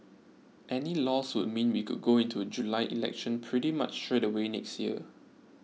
any loss would mean we could go into a July election pretty much straight away next year